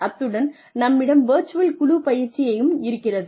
அத்துடன் நம்மிடம் வெர்ச்சுவல் குழு பயிற்சியையும் இருக்கிறது